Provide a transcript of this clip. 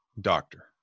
doctor